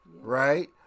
right